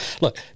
Look